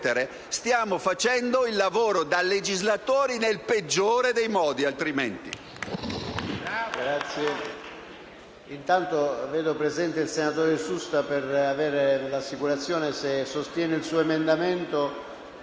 stiamo facendo il lavoro di legislatori nel peggiore dei modi. *(Applausi